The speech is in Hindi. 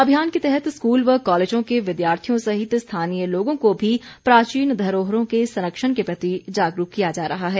अभियान के तहत स्कूल व कॉलेजों के विद्यार्थियों सहित स्थानीय लोगों को भी प्राचीन धरोहरों के संरक्षण के प्रति जागरूक किया जा रहा है